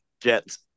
Jets